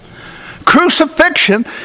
Crucifixion